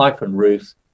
Ruth